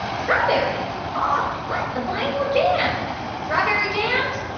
strawberry huh? what? the blinds were jammed strawberry jammed